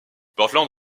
portland